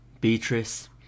Beatrice